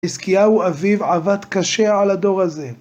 חזקיהו אביו עבד קשה על הדור הזה.